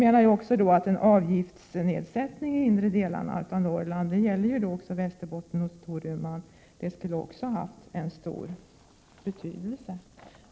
En nedsättning av arbetsgivaravgiften i de inre delarna av Norrland gäller också Västerbotten och Storuman och skulle också ha haft stor betydelse.